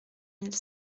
mille